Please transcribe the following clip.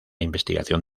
investigación